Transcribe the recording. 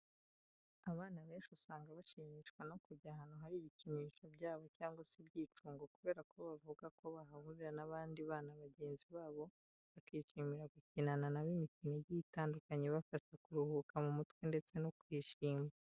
Abana benshi usanga bashimishwa no kujya ahantu hari ibikinisho byabo cyangwa se ibyicungo kubera ko bavuga ko bahahurira n'abandi bana bagenzi babo bakishimira gukinana na bo imikino igiye itandukanye ibafasha kuruhuka mu mutwe ndetse no kwishima.